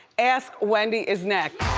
ask wendy is next.